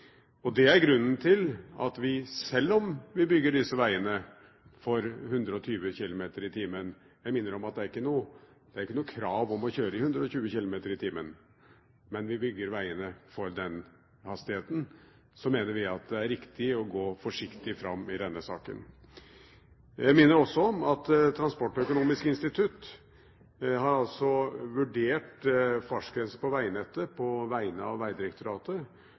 ulykker. Det er grunnen til at vi, selv om vi bygger disse vegene for 120 km/t – jeg minner om at det ikke er noe krav om å kjøre i 120 km/t, men vi bygger vegene for den hastigheten – mener at det er riktig å gå forsiktig fram i denne saken. Jeg minner også om at Transportøkonomisk institutt har vurdert fartsgrensene på vegnettet på vegne av Vegdirektoratet,